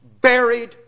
buried